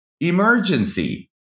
emergency